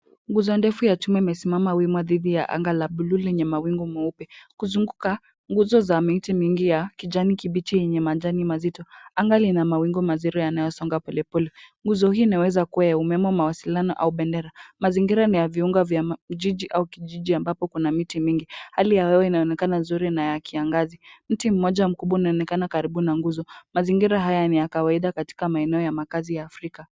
Nguzo ndefu ya chuma imesimama wima dhidi ya anga la buluu lenye mawingu meupe. Kuzunguka nguzo za miti mingi ya kijani kibichi yenye majani mazito. Anga lina mawingu mazuri yanayosonga polepole. Nguzo hii inaweza kuwa ya umeme, mawasiliano au bendera. Mazingira ni ya viunga vya jiji au kijiji ambapo kuna miti mingi. Hali ya hewa inaonekana nzuri na ya kiangazi. Mti mmoja mkubwa unaonekana karibu na nguzo. Mazingira haya ni ya kawaida katika maeneo ya makazi ya afrika.